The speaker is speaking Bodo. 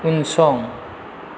उनसं